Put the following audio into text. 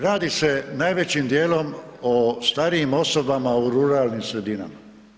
Radi se najvećim dijelom o starijim osobama u ruralnim sredinama.